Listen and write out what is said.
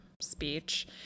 speech